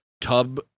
tub